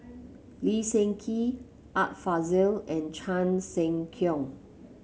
Lee Seng Gee Art Fazil and Chan Sek Keong